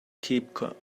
keep